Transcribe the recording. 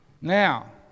Now